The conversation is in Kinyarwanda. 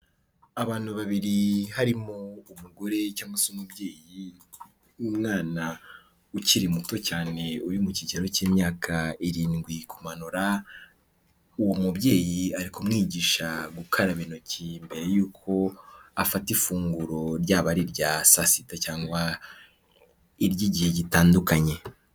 Abantu babiri harimo umugore cyangwa se umubyeyi, umwana ukiri muto cyane uri mu kigero cy'imyaka irindwi kumanura, uwo mubyeyi ari kumwigisha gukaraba intoki mbere yuko afata ifunguro ryaba ari irya saa sita, cyangwa iry'igihe gitandukanye.